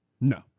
No